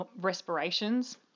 respirations